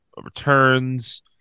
Returns